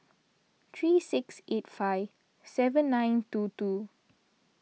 three six eight five seven nine two two